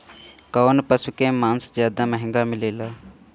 कौन पशु के मांस ज्यादा महंगा मिलेला?